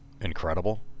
incredible